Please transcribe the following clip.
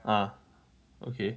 ya okay